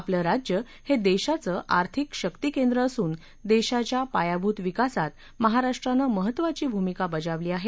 आपलं राज्य हे देशाचं आर्थिक शक्ती केंद्र असून देशाच्या पायाभूत विकासात महाराष्ट्रानं महत्वाची भूमिका बजावली आहे